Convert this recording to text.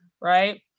right